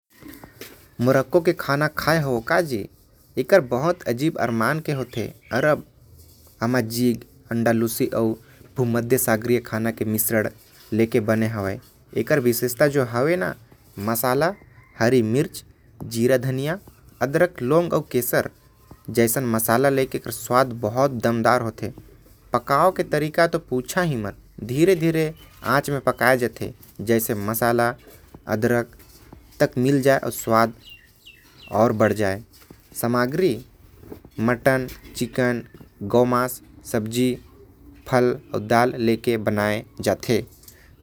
अरब अउ मध्य सागरीय के मिश्रण से बनथे मोरक्को के खाना। एमन के विशेषता होथे हरा मिर्च, जीरा, धनिया। अदरक अउ लौंग एमन धीरे धीरे आंच म चीज़े पकाथे। जेमन म मटन, चिकन, गौ मांस, सब्जी, फल अउ। दाल लेके बनाये जाथे।